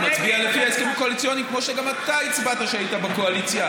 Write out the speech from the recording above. אני מצביע לפי ההסכם הקואליציוני כמו שגם אתה הצבעת כשהיית בקואליציה,